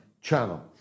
channel